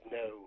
no